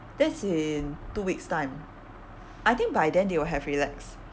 that's in two weeks time I think by then they will have relax